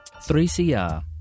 3CR